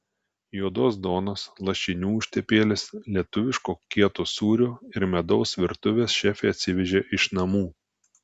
juodos duonos lašinių užtepėlės lietuviško kieto sūrio ir medaus virtuvės šefė atsivežė iš namų